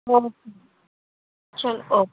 okay ਚਲੋ okay